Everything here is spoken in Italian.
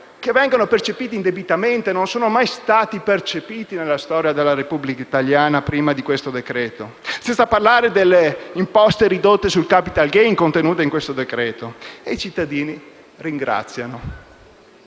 che vengono percepiti indebitamente. Non sono mai stati percepiti nella storia della Repubblica italiana prima di questo decreto-legge. E non parliamo poi delle imposte ridotte sul *capital gain* contenute nel provvedimento. E i cittadini ringraziano.